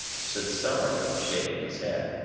said summerlee, shaking his head.